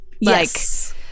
Yes